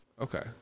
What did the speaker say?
okay